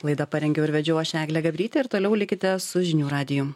laidą parengiau ir vedžiau aš eglė gabrytė ir toliau likite su žinių radijum